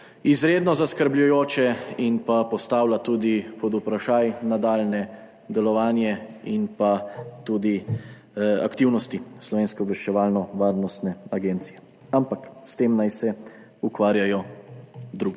izredno zaskrbljujoče in postavlja pod vprašaj nadaljnje delovanje in aktivnosti Slovenske obveščevalno-varnostne agencije. Ampak s tem naj se ukvarjajo drugi,